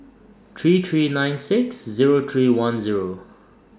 three three nine six Zero three one Zero